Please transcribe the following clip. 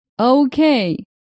Okay